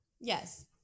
yes